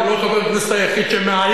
כי הוא לא חבר הכנסת היחיד שמאיים.